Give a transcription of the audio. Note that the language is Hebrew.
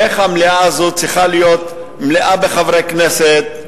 איך המליאה הזאת צריכה להיות מלאה בחברי כנסת,